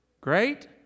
Great